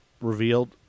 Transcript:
revealed